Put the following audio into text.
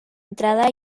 entrada